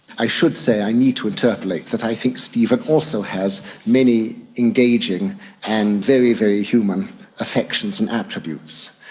i should say, i need to interpolate, that i think stephen also has many engaging and very, very human affections and attributes.